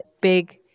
big